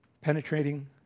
penetrating